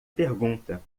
pergunta